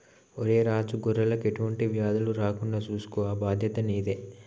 ఒరై రాజు గొర్రెలకు ఎటువంటి వ్యాధులు రాకుండా సూసుకో ఆ బాధ్యత నీదే